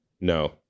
No